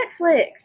Netflix